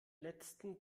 letzten